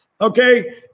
okay